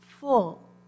Full